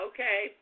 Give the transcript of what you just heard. Okay